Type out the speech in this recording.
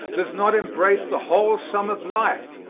does not embrace the whole sum of life,